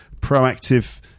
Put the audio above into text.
proactive